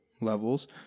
levels